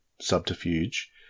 subterfuge